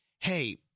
Hey